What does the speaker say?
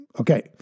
Okay